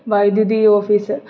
വൈദ്യുതി ഓഫീസ്